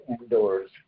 indoors